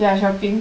ya shoppingk